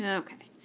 ah okay.